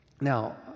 Now